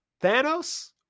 Thanos